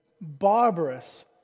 barbarous